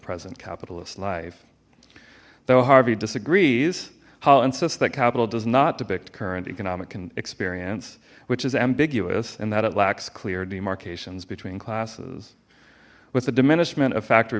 present capitalist life though harvey disagrees how insists that capital does not depict current you can can experience which is ambiguous and that it lacks clear demarcations between classes with the diminishment of factory